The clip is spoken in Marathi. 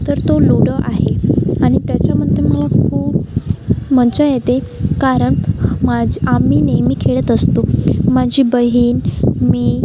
तर तो लूडो आहे आणि त्याच्यामध्ये मला खूप मजा येते कारण माज आम्ही नेहमी खेळत असतो माझी बहीण मी